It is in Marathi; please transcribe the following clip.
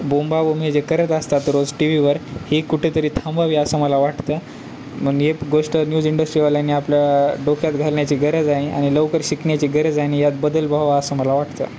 बोंबाबोंब हे जे करत असतात रोज टी व्हीवर ही कुठेतरी थांबवावी असं मला वाटतं मन एक गोष्ट न्यूज इंडस्ट्रीवाल्यानी आपल्या डोक्यात घालण्याची गरज आहे आणि लवकर शिकण्याची गरज आहे यात बदल व्हावा असं मला वाटतं